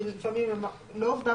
כי לפעמים הם לא עובדיו שלו.